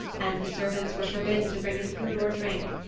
and the servants were forbidden to bring him food or drink.